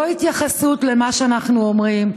לא התייחסות למה שאנחנו אומרים.